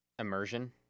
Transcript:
Immersion